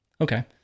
Okay